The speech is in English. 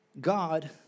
God